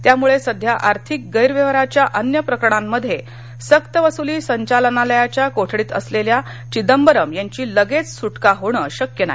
त्यामुळे सध्या आर्थिक गैरव्यवहाराच्या अन्य प्रकरणामध्ये सक्तवसुली संचालनालयाच्या कोठडीत असलेल्या चिदंबरम् यांची लगेच सुटका होणं शक्य नाही